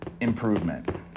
improvement